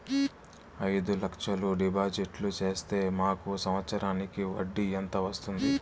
అయిదు లక్షలు డిపాజిట్లు సేస్తే మాకు సంవత్సరానికి వడ్డీ ఎంత వస్తుంది?